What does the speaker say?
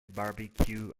barbecue